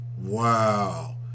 Wow